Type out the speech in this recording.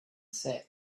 set